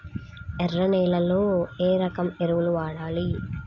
ఎర్ర నేలలో ఏ రకం ఎరువులు వాడాలి?